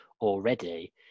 already